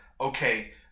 okay